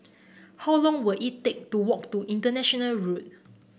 how long will it take to walk to International Road